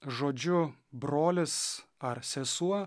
žodžiu brolis ar sesuo